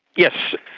yes,